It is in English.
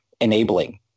enabling